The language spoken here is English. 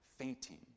Fainting